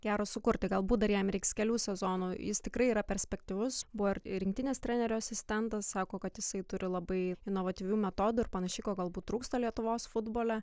gero sukurti galbūt dar jam reiks kelių sezonų jis tikrai yra perspektyvus buvo ir rinktinės trenerio asistentas sako kad jisai turi labai inovatyvių metodų ir panašiai ko galbūt trūksta lietuvos futbole